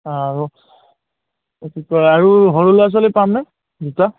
আৰু কি কয় আৰু সৰু ল'ৰা ছোৱালীৰ পামনে জোতা